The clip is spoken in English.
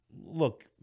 look